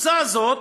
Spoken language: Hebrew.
הקבוצה הזאת